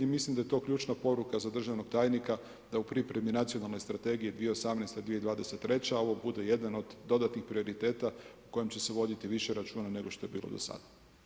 Mislim da je to ključna poruka za državnog tajnika da u pripremi nacionalne strategije 2018.-2023. ovo bude jedan od dodatnih prioriteta o kojem će se voditi više računa nego što je bilo do sada.